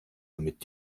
damit